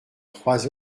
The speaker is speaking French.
trois